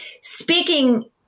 speaking